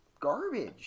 garbage